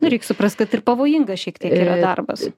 nu reik suprast kad ir pavojinga šiek tiek yra darbas